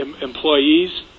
employees